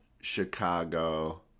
Chicago